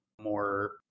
more